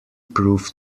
proof